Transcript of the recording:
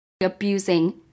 abusing